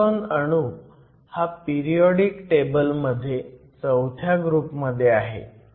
आता सिलिकॉन अणू हा पिरियोडिक टेबल मध्ये चौथ्या ग्रुप मध्ये आहे